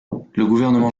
gouvernement